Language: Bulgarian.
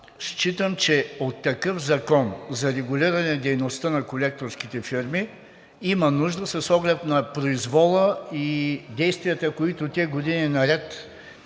считам, че от такъв закон за регулиране дейността на колекторските фирми има нужда, с оглед на произвола и действията, които те години наред